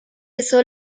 eso